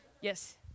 Yes